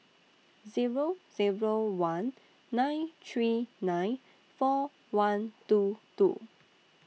Zero Zero one nine three nine four one two two